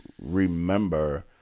remember